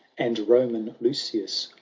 and roman lucius,